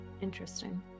Interesting